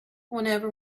whenever